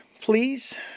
Please